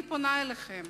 אני פונה אליכם,